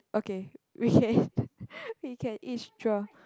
okay we can we can each draw